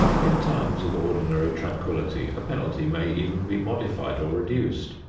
in times of ordinary tranquility a penalty may even be modified or reduced,